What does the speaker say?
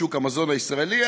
בשוק המזון הישראלי,